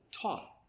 taught